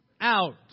out